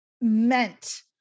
meant